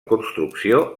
construcció